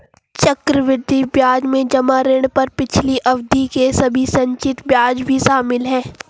चक्रवृद्धि ब्याज में जमा ऋण पर पिछली अवधि के सभी संचित ब्याज भी शामिल हैं